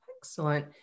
Excellent